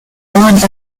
roland